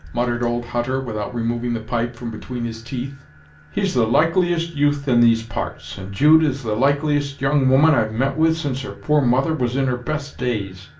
muttered old hutter, without removing the pipe from between his teeth he's the likeliest youth in these parts and jude is the likeliest young woman i've met with since her poor mother was in her best days.